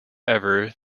ever